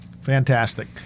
Fantastic